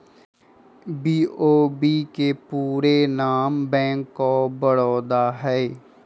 BOB के पूरे नाम बैंक ऑफ बड़ौदा हइ